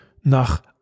nach